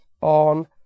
on